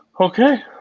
Okay